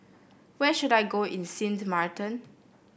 where should I go in Sint Maarten